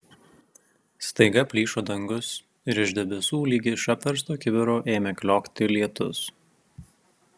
staiga plyšo dangus ir iš debesų lyg iš apversto kibiro ėmė kliokti lietus